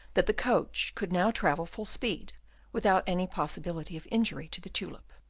that the coach could now travel full speed without any possibility of injury to the tulip.